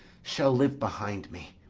shall live behind me!